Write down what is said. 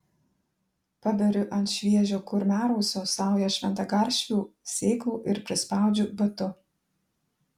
paberiu ant šviežio kurmiarausio saują šventagaršvių sėklų ir prispaudžiu batu